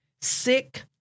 Sick